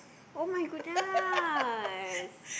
[oh]-my-goodness